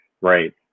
Right